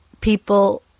people